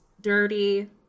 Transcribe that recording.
dirty